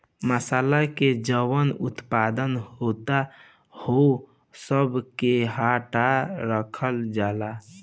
मासाला के जवन उत्पादन होता ओह सब के डाटा रखल जाता